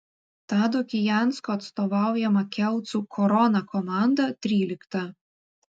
tado kijansko atstovaujama kelcų korona komanda trylikta